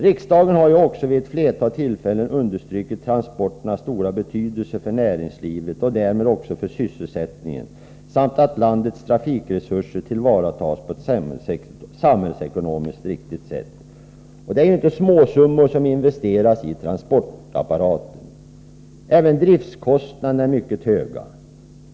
Riksdagen har också vid ett flertal tillfällen understrukit transporternas stora betydelse för näringslivet och därmed också för sysselsättningen, samt att landets trafikresurser tillvaratas på ett samhällsekonomiskt riktigt sätt. Det är ju inte småsummor som investeras i transportapparaten. Även driftskostnaderna är mycket höga.